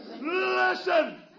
Listen